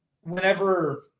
whenever